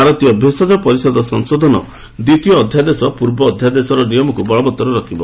ଭାରତୀୟ ଭେଷଜ ପରିଷଦ ସଂଶୋଧନ ଦ୍ୱିତୀୟ ଅଧ୍ୟାଦେଶ ପୂର୍ବ ଅଧ୍ୟାଦେଶର ନିୟମକୁ ବଳବତ୍ତର ରଖିବ